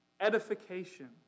edification